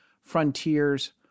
Frontiers